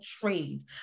trades